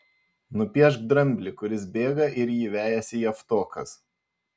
nupiešk dramblį kuris bėga ir jį vejasi javtokas